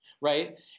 right